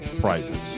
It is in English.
prizes